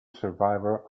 survivor